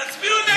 תצביעו נגד ערבים.